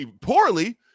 poorly